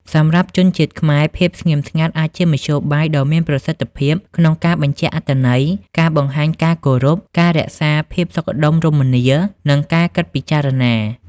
សម្រាប់ជនជាតិខ្មែរ ភាពស្ងៀមស្ងាត់អាចជាមធ្យោបាយដ៏មានប្រសិទ្ធភាពក្នុងការបញ្ជាក់អត្ថន័យ ការបង្ហាញការគោរព ការរក្សាភាពសុខដុមរមនា និងការគិតពិចារណា។